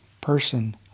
person